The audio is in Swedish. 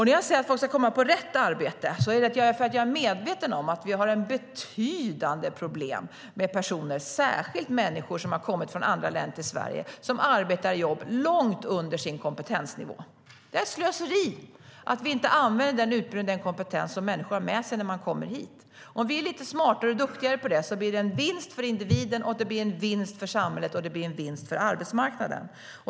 När jag säger att folk ska komma till rätt arbete är det för att jag är medveten om att vi har betydande problem med personer, särskilt människor som har kommit från andra länder till Sverige, som arbetar i jobb långt under deras kompetensnivå. Det är ett slöseri att vi inte använder den utbildning och den kompetens som människor har med sig när de kommer hit. Om vi är lite smartare och duktigare på det blir det en vinst för individen, en vinst för samhället och en vinst för arbetsmarknaden.